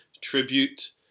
tribute